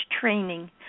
training